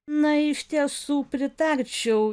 na iš tiesų pritarčiau